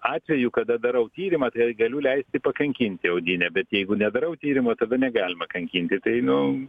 atveju kada darau tyrimą tai ir galiu leisti pakankinti audinę bet jeigu nedarau tyrimo tada negalima kankinti tai nu